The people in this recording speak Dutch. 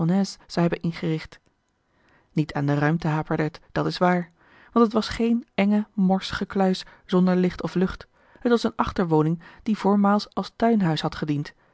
zou hebben ingericht niet aan de ruimte haperde het dat is waar want het was geene enge morsige kluis zonder licht of lucht het was eene achterwoning die voormaals als tuinhuis had gediend